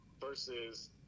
versus